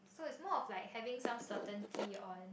so is more of like having some certainty on